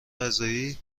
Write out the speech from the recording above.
قضایی